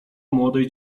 młodej